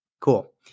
Cool